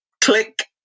click